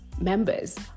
members